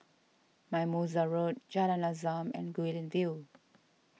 Mimosa Road Jalan Azam and Guilin View